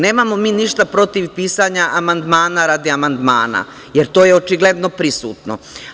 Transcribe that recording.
Nemamo mi ništa protiv pisanja amandmana radi amandmana, jer to je očigledno prisutno.